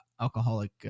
alcoholic